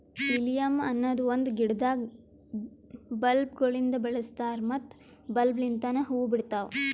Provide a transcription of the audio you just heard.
lilium ಅನದ್ ಒಂದು ಗಿಡದಾಗ್ ಬಲ್ಬ್ ಗೊಳಿಂದ್ ಬೆಳಸ್ತಾರ್ ಮತ್ತ ಬಲ್ಬ್ ಲಿಂತನೆ ಹೂವು ಬಿಡ್ತಾವ್